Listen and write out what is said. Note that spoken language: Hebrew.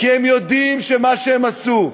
כי הם יודעים שמה שהם עשו,